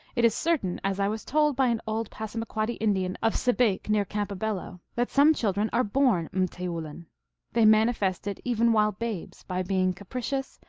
it is certain, as i was told by an old passamaquoddy indian, of sebayk, near campobello, that some children are born rrfteoulin. they manifest it, even while babes, by being capricious,